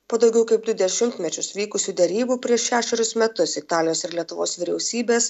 po daugiau kaip du dešimtmečius vykusių derybų prieš šešerius metus italijos ir lietuvos vyriausybės